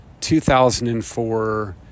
2004